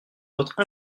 votre